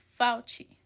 Fauci